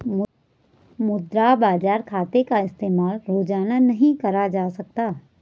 मुद्रा बाजार खाते का इस्तेमाल रोज़ाना नहीं करा जा सकता